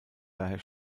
daher